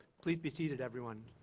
please be seated, everyone.